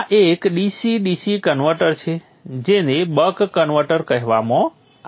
આ એક DC DC converter છે જેને બક કન્વર્ટર કહેવામાં આવે છે